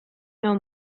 know